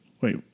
Wait